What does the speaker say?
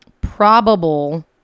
probable